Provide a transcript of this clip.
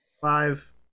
Five